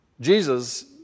Jesus